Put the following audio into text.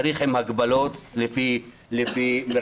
צריך עם הגבלות לפי מרחב,